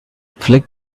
flick